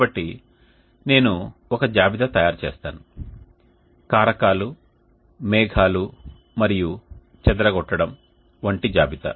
కాబట్టి నేను ఒక జాబితా తయారు చేస్తాను కారకాలు మేఘాలు మరియు చెదరగొట్టడం వంటి జాబితా